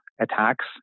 attacks